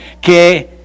que